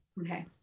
Okay